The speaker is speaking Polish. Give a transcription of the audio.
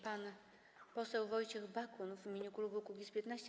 Pan poseł Wojciech Bakun - w imieniu klubu Kukiz’15.